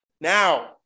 now